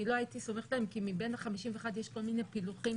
אני לא הייתי סומכת עליהם כי מבין ה-51 יש כל מיני פילוחים.